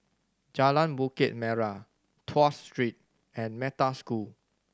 Jalan Bukit Merah Tuas Street and Metta School